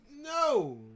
No